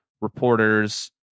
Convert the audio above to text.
reporters